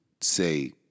say